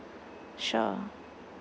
sure